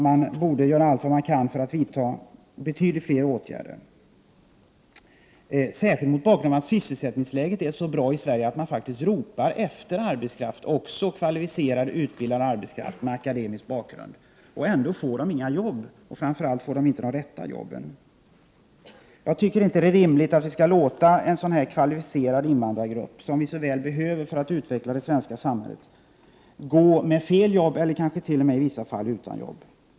Man borde göra allt vad man kan för att vidta betydligt fler åtgärder, särskilt med tanke på att sysselsättningsläget i Sverige är så bra att det faktiskt ropas efter arbetskraft, även kvalificerad och utbildad arbetskraft med akademisk bakgrund. Men de här människorna får ofta inga arbeten och framför allt får de inte de rätta arbetena. Jag tycker inte att det är rimligt att vi låter en kvalificerad invandrargrupp, som vi så väl behöver för att utveckla det svenska samhället, gå med fel arbete eller kanske t.o.m. i vissa fall utan arbete.